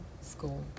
School